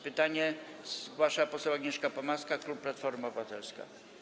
Pytanie zgłasza poseł Agnieszka Pomaska, klub Platforma Obywatelska.